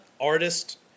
artist